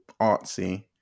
artsy